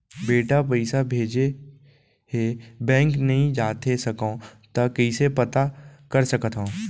बेटा पइसा भेजे हे, बैंक नई जाथे सकंव त कइसे पता कर सकथव?